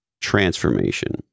transformation